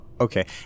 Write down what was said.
Okay